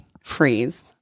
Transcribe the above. freeze